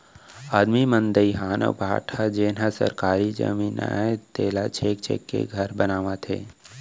आदमी मन दइहान अउ भाठा जेन हर सरकारी जमीन अय तेला छेंक छेंक के घर बनावत हें